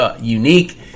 unique